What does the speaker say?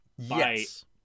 Yes